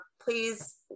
please